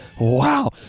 Wow